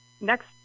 next